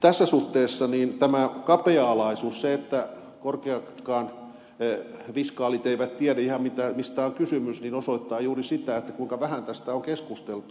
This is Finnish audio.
tässä suhteessa tämä kapea alaisuus se että korkeatkaan viskaalit eivät tiedä ihan mistä on kysymys osoittaa juuri sitä kuinka vähän tästä on keskusteltu